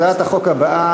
הצעת החוק עברה.